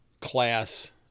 class